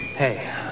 Hey